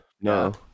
no